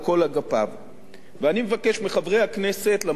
אני מבקש מחברי הכנסת, למרות הוויכוחים הפוליטיים,